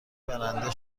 برنده